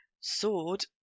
sword